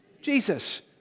Jesus